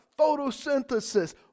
photosynthesis